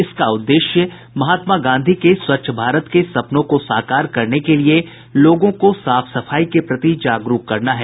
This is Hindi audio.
इसका उद्देश्य महात्मा गांधी के स्वच्छ भारत के सपनों को साकार करने के लिए लोगों को साफ सफाई के प्रति जागरूक करना है